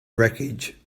wreckage